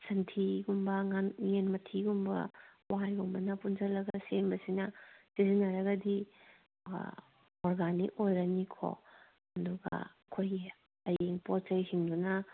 ꯁꯟꯊꯤꯒꯨꯝꯕ ꯌꯦꯟ ꯃꯊꯤꯒꯨꯝꯕ ꯋꯥꯏꯒꯨꯝꯕꯅ ꯄꯨꯟꯁꯤꯜꯂꯒ ꯁꯦꯝꯕꯁꯤꯅ ꯁꯤꯖꯤꯟꯅꯔꯒꯗꯤ ꯑꯥ ꯑꯣꯔꯒꯥꯅꯤꯛ ꯑꯣꯏꯔꯅꯤꯀꯣ ꯑꯗꯨꯒ ꯑꯩꯈꯣꯏꯒꯤ ꯍꯌꯦꯡ ꯄꯣꯠ ꯆꯩꯁꯤꯡꯗꯨꯅ